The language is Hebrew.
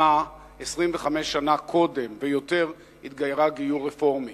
אמה, 25 שנה קודם ויותר, התגיירה גיור רפורמי.